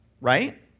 right